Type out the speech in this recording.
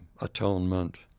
atonement